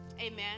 Amen